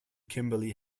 kimberly